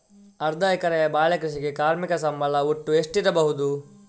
ಅರ್ಧ ಎಕರೆಯ ಬಾಳೆ ಕೃಷಿಗೆ ಕಾರ್ಮಿಕ ಸಂಬಳ ಒಟ್ಟು ಎಷ್ಟಿರಬಹುದು?